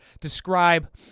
describe